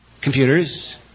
computers